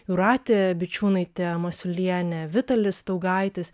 jūratė bičiūnaitė masiulienė vitalis staugaitis